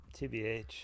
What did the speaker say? tbh